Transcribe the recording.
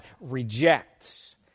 rejects